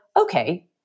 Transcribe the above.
Okay